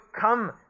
come